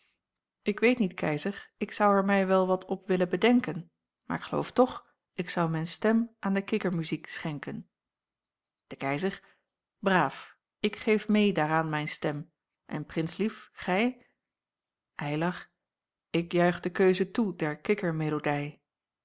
ik weet niet keizer ik zou er mij wel wat op willen bedenken maar k geloof toch ik zou mijn stem aan de kikkermuziek schenken de keizer braaf ik geef meê daaraan mijn stem en prinslief gij eylar ik juich de keuze toe der kikkermelodij